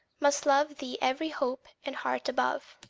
must love thee every hope and heart above.